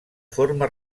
forma